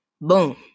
Boom